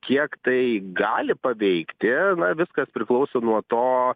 kiek tai gali paveikti na viskas priklauso nuo to